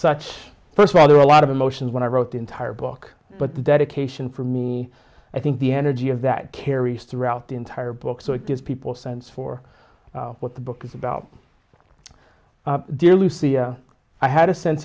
such a first well there are a lot of emotions when i wrote the entire book but the dedication for me i think the energy of that carries throughout the entire book so it gives people a sense for what the book is about dear lucy a i had a sense